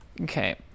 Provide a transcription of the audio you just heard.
Okay